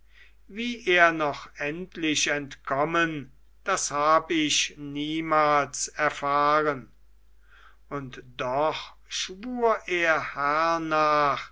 wie er noch endlich entkommen das hab ich niemals erfahren und doch schwur er